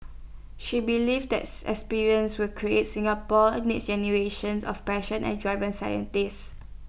she believed as experiences will create Singapore's next generation of passionate driven scientists